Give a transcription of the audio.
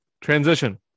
Transition